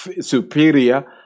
superior